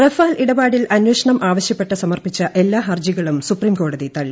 Rafale ഇടപാടിൽ അന്വേഷിണ്ട് ആവശ്യപ്പെട്ട് സമർപ്പിച്ച എല്ലാ ഹർജികളും സുപ്പ്രീംക്കോടതി തള്ളി